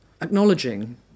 acknowledging